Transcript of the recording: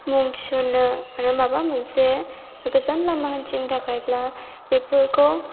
मुं थिसननो आरो माबा मोनसे गोजान लामा हान्थिनो थाखायब्ला बेफोरखौ